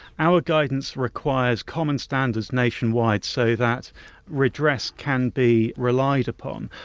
our guidance requires common standards nationwide, so that redress can be relied upon.